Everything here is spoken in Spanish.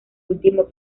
último